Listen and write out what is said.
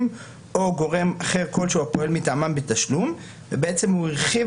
או גורם אחר כל שהוא הפועל מטעמם בתשלום." הוא הרחיב